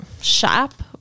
shop